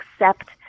accept